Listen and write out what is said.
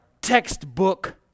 textbook